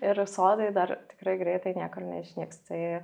ir sodai dar tikrai greitai niekur neišnyks tai